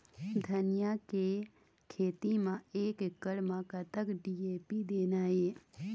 धनिया के खेती म एक एकड़ म कतक डी.ए.पी देना ये?